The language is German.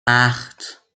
acht